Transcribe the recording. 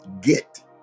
get